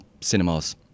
cinemas